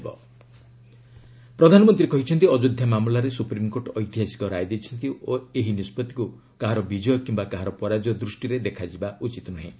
Ayodhya PM Modi ପ୍ରଧାନମନ୍ତ୍ରୀ କହିଛନ୍ତି ଅଯୋଧ୍ୟା ମାମଲାରେ ସୁପ୍ରିମ୍କୋର୍ଟ ଐତିହାସିକ ରାୟ ଦେଇଛନ୍ତି ଓ ଏହି ନିଷ୍ପଭିକୁ କାହାର ବିଜୟ କିମ୍ବା କାହାର ପରାଜୟ ଦୂଷ୍ଟିରେ ଦେଖାଯିବା ଉଚିତ୍ ନୁହେଁ